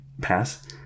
pass